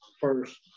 first